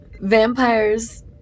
vampires